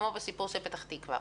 כמו במקרה של פתח תקווה,